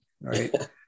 right